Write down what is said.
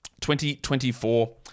2024